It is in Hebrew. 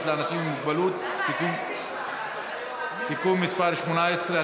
עם אנשים עם מוגבלות (תיקון מס' 18),